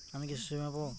আমি কি শষ্যবীমা পাব?